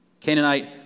Canaanite